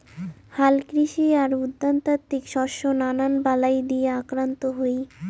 হালকৃষি আর উদ্যানতাত্ত্বিক শস্য নানান বালাই দিয়া আক্রান্ত হই